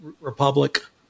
republic